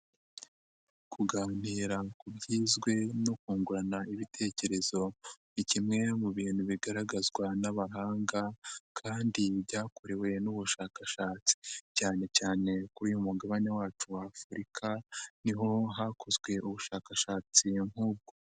Kuganira ku byizwe no kungurana ibitekerezo ni kimwe mu bintu bigaragazwa n'abahanga kandi byakorewe n'ubushakashatsi, cyane cyane kuri uyu Mugabane wacu wa Afurika ni ho hakozwe ubushakashatsi nk'ubwo.